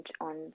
on